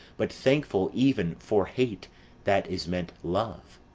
but thankful even for hate that is meant love.